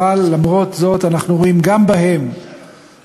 אבל למרות זאת אנחנו רואים גם בהם התפתחויות,